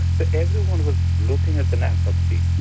but everyone was looking at the national scene,